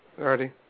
Already